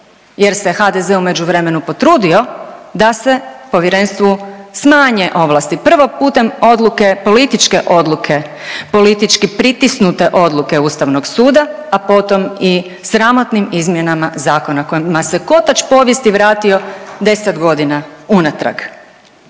jer se HDZ u međuvremenu potrudio da se povjerenstvu smanje ovlasti. Prvo putem odluke, političke odluke, politički pritisnute odluke Ustavnog suda, a potom i sramotnim izmjenama zakona kojima se kotač povijesti vratio 10 godina unatrag.